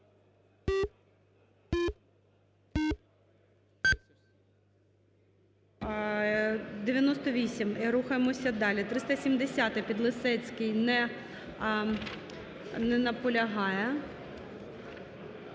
І рухаємося далі. 370-а, Підлісецький. Не наполягає.